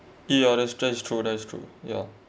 yeah that's that is true that is true yeah